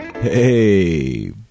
Hey